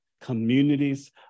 communities